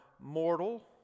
mortal